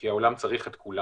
כפי שאנחנו רגילים לעבור